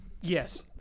Yes